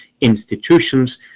institutions